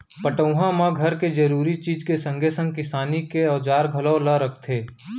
पटउहाँ म घर के जरूरी चीज के संगे संग किसानी के औजार घलौ ल रखथे